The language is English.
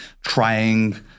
trying